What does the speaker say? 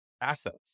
assets